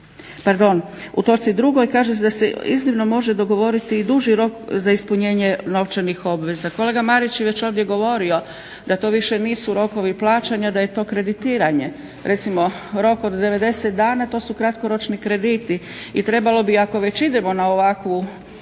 2. u točci 2. Kaže se da se iznimno može dogovoriti i duži rok za ispunjenje novčanih obveza. Kolega Marić je već ovdje govorio da to više nisu rokovi plaćanja, da je to kreditiranje. Recimo rok od 90 dana to su kratkoročni krediti i trebalo bi ako već idemo na ovakvo